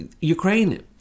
Ukraine